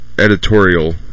editorial